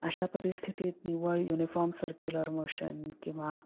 अशा परिस्थितीत निव्वळ युनिफॉम सर्क्युलर मोशन किंवा